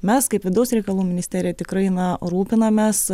mes kaip vidaus reikalų ministerija tikrai na rūpinamės